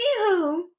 Anywho